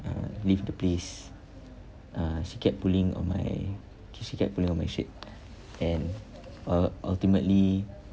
uh leave the place uh she kept pulling on my she kept pulling on my shirt and ul~ ultimately